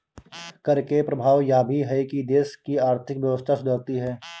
कर के प्रभाव यह भी है कि देश की आर्थिक व्यवस्था सुधरती है